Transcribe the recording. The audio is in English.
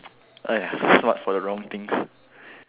!aiya! smart for the wrong things